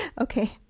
Okay